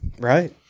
Right